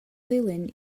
ddulyn